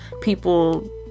people